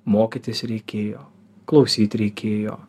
mokytis reikėjo klausyt reikėjo